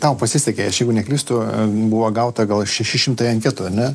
tau pasisekė aš jeigu neklystu buvo gauta gal šeši šimtai anketų ar ne